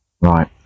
right